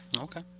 Okay